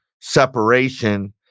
separation